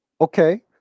Okay